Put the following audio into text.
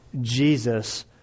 Jesus